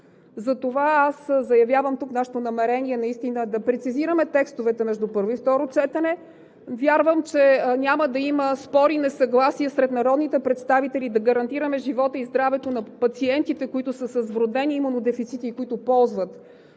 Затова аз заявявам тук нашето намерение да прецизираме текстовете между първо и второ четене. Вярвам, че няма да има спор и несъгласие сред народните представители да гарантираме живота и здравето на пациентите, които са с вродени имунодефицити и които ползват